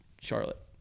Charlotte